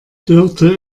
dörte